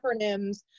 acronyms